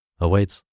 awaits